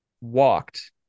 walked